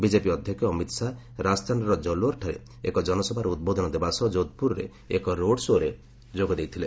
BJP ଅଧ୍ୟକ୍ଷ ଅମିତ୍ ଶାହା ରାଜସ୍ଥାନର ଜାଲୋର୍ଠାରେ ଏକ ଜନସଭାରେ ଉଦ୍ବୋଧନ ଦେବା ସହ ଯୋଧପୁରରେ ଏକ ରୋଡ୍ ଶୋ'ରେ ଯୋଗ ଦେଇଥିଲେ